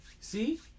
See